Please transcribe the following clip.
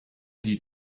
die